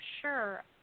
Sure